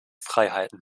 freiheiten